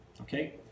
Okay